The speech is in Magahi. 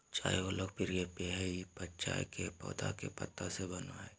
चाय एगो लोकप्रिय पेय हइ ई चाय के पौधा के पत्ता से बनो हइ